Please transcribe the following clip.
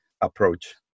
approach